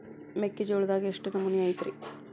ಮೆಕ್ಕಿಜೋಳದಾಗ ಎಷ್ಟು ನಮೂನಿ ಐತ್ರೇ?